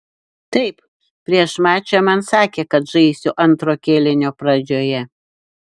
taip prieš mačą man sakė kad žaisiu antro kėlinio pradžioje